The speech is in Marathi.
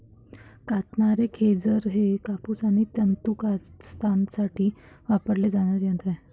कातणारे खेचर हे कापूस आणि तंतू कातण्यासाठी वापरले जाणारे यंत्र आहे